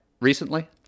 Recently